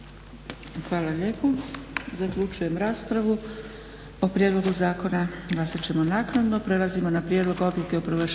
Hvala lijepo. Zaključujem raspravu. O prijedlogu zakona glasat ćemo naknadno.